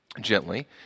gently